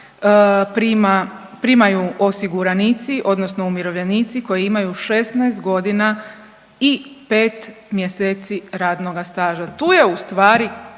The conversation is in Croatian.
primaju osiguranici odnosno umirovljenici koji imaju 16 godina i 5 mjeseci radnoga staža. Tu je u stvari